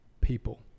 people